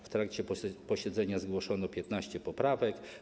W trakcie posiedzenia zgłoszono 15 poprawek.